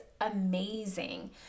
amazing